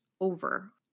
over